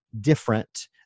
different